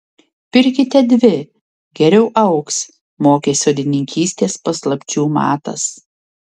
pirkite dvi geriau augs mokė sodininkystės paslapčių matas